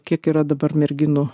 kiek yra dabar merginų